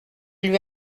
lui